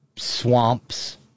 Swamps